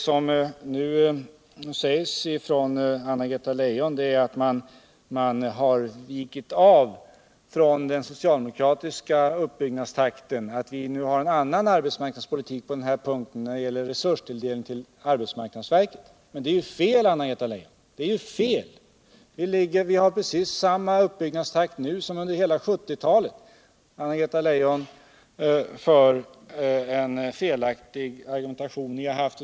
Vad Anna-Greta Leijon nu säger är att regeringen har avvikit från den socialdemokratiska uppbyggnadstakten och nu för en annan arbetsmarknadspolitik när det gäller resurstilldelning till arbetsmarknadsverket. Men detta är ju fel, Anna-Greta Leijon! Vi har precis samma uppbyggnadstakt nu som under hela 1970-talet. Anna-Greta Leijons argumentation är således felaktig.